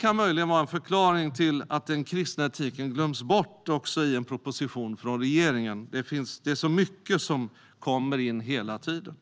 kan möjligen vara en förklaring till att den kristna etiken glöms bort också i en proposition från regeringen. Det är så mycket som kommer in hela tiden.